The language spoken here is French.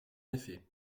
effet